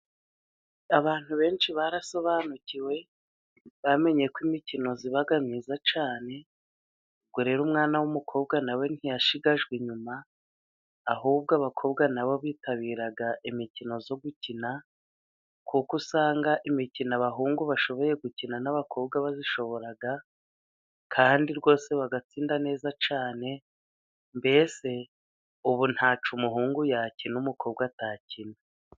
Abantu benshi barasobanukiwe bamenye ko imikino iba myiza cyane, ubwo rero umwana w'umukobwa nawe ntiyashigajwe inyuma, ahubwo abakobwa nabo bitabira imikino yo gukina, kuko usanga imikino abahungu bashoboye gukina n'abakobwa bayishobora, kandi rwose bagatsinda neza cyane, mbese ubu ntacyo umuhungu yakina umukobwa atakina.